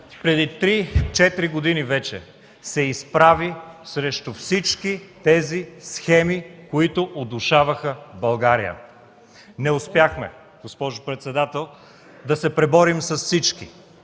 четири години вече, се изправи срещу всички тези схеми, които удушаваха България. Не успяхме, госпожо председател, да се преборим с всички!